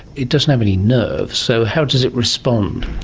it doesn't have any nerves, so how does it respond?